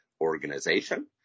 organization